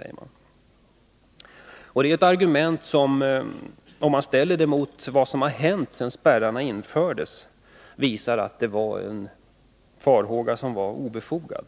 Om man ställer detta argument mot vad som har hänt sedan spärrarna infördes, visar det sig att farhågan var obefogad.